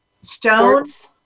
stones